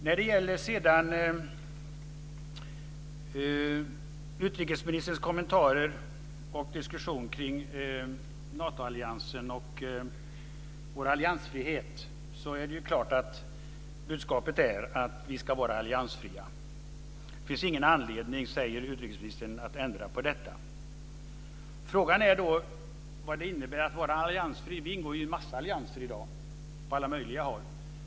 När det sedan gäller utrikesministerns kommentarer och diskussion kring Natoalliansen och vår alliansfrihet är det klart att budskapet är att vi ska vara alliansfria. Utrikesministern säger att det inte finns någon anledning att ändra på detta. Frågan är vad det innebär att vara alliansfri. Vi ingår i dag i en mängd allianser, på alla möjliga håll.